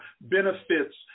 benefits